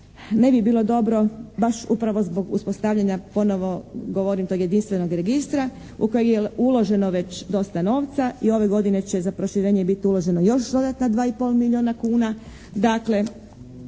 Ne bi bilo dobro baš upravo zbog uspostavljanja ponovo govorim tog jedinstvenog registra u koji je uloženo već dosta novca. I ove godine će za proširenje biti uloženo još dodatna 2 i pol milijuna kuna.